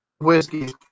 whiskey